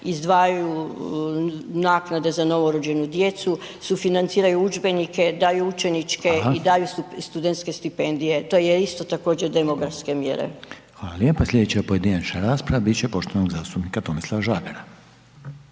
izdvajaju naknade za novo rođenu djecu, sufinanciraju udžbenike, daju učeničke i daju studentske stipendije, to je isto također demografske mjere. **Reiner, Željko (HDZ)** Hvala. Hvala lijepa. Sljedeća pojedinačna rasprava bit će poštovanog zastupnika Tomislava Žagara.